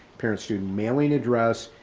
parents student mailing address,